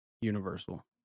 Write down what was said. Universal